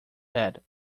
head